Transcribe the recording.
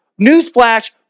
Newsflash